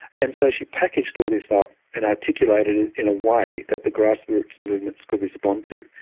and so she packaged all this up and articulated it in a way that the grassroots movements could respond to.